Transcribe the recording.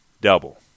double